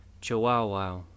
Chihuahua